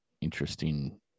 interesting